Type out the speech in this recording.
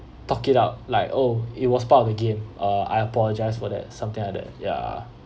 talk it out like oh it was part of the game uh I apologised for that something like that ya